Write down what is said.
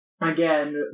again